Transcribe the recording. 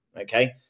okay